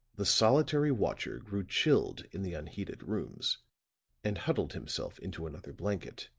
the solitary watcher grew chilled in the unheated rooms and huddled himself into another blanket